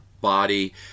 body